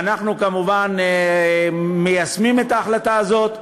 ואנחנו כמובן מיישמים את ההחלטה הזאת.